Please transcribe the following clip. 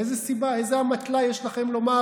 איזה סיבה, איזו אמתלה יש לכם לומר: